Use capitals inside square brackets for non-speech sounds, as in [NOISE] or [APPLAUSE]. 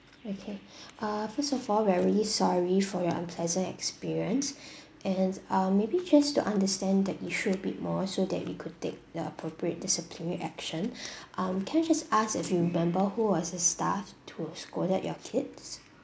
okay [BREATH] uh first of all we're really sorry for your unpleasant experience [BREATH] and um maybe just to understand the issue a bit more so that we could take the appropriate disciplinary action [BREATH] um can I just ask if you remember who was the staff to scolded your kids